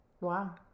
Wow